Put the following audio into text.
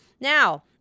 Now